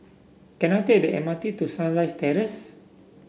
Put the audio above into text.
can I take the M R T to Sunrise Terrace